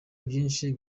byinshi